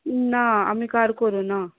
ना आमी कार्ड करूना